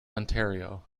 ontario